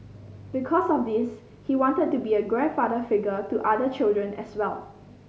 because of this he wanted to be a grandfather figure to other children as well